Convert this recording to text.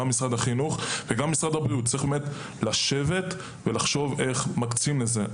גם משרד החינוך וגם משרד הבריאות צריכים לשבת ולחשוב איך מקצים לזה.